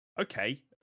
okay